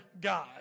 God